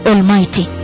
Almighty